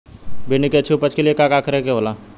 भिंडी की अच्छी उपज के लिए का का करे के होला?